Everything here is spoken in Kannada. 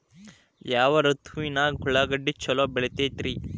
ಯಾವ ಋತುವಿನಾಗ ಉಳ್ಳಾಗಡ್ಡಿ ಛಲೋ ಬೆಳಿತೇತಿ ರೇ?